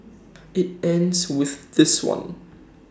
IT ends with this one